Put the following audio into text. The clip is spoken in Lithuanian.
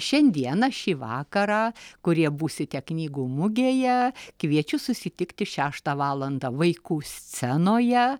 šiandieną šį vakarą kurie būsite knygų mugėje kviečiu susitikti šeštą valandą vaikų scenoje